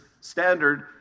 standard